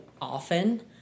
often